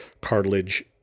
cartilage